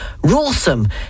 rawsome